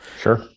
sure